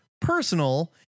personal